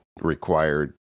required